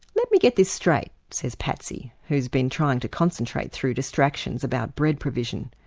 let me get this straight, says patsy who's been trying to concentrate through distractions about bread provision.